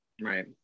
right